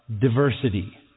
diversity